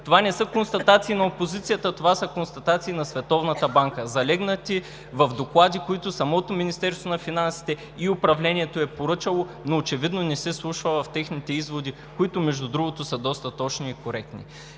Това не са констатации на опозицията, това са констатации на Световната банка, залегнали в доклади, които самото Министерство на финансите и управлението е поръчало, но очевидно не се вслушва в техните изводи, които, между другото, са доста точни и коректни.